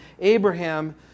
Abraham